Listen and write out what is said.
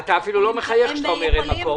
אתה אפילו לא מחייך כשאתה אומר "אין מקור".